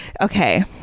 Okay